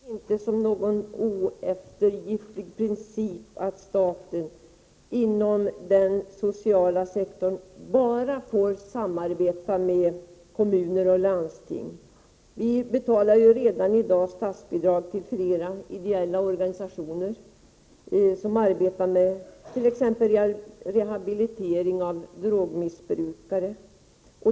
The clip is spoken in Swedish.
Herr talman! Jag vill först till Rune Rydén säga att jag inte ser det som någon oeftergivlig princip att staten inom den sociala sektorn får samarbeta endast med kommuner och landsting. Vi betalar redan i dag till flera ideella organisationer som arbetar med t.ex. rehabilitering av drogmissbrukare.